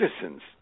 citizens